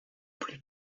plus